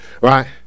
right